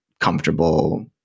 comfortable